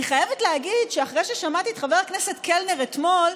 אני חייבת להגיד שאחרי ששמעתי את חבר הכנסת קלנר אתמול,